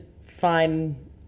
fine